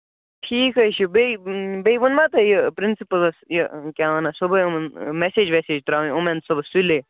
ٹھیٖک حظ چھُ بیٚیہِ بیٚیہِ ووٚن ما تۄہہِ یہِ پرنسِپٕلَس یہِ کیٛاہ وَنان صُبحٲے یِمَن میسیج ویسیج ترٛاوٕنۍ یِم یِن صُبحس سُلے